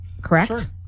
correct